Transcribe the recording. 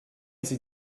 sie